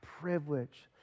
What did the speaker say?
privilege